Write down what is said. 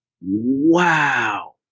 wow